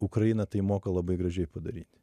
ukraina tai moka labai gražiai padaryti